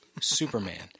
Superman